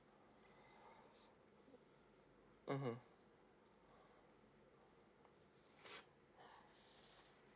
mmhmm